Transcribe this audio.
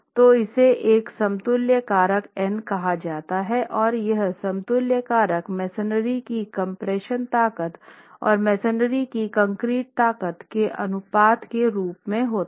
तो इसे एक समतुल्यता कारक n कहा जाता है और यह समतुल्यता कारक मेसनरी की कम्प्रेशन ताकत और मेसनरी की कंक्रीट ताकत के अनुपात के रूप में होता है